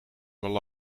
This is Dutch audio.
hebben